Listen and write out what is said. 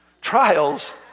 trials